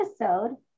episode